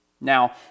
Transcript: Now